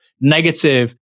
negative